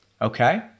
Okay